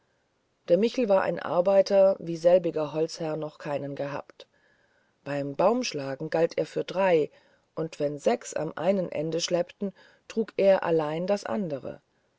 der michel war ein arbeiter wie selbiger holzherr noch keinen gehabt beim baumschlagen galt er für drei und wenn sechs am einen end schleppten trug er allein das andere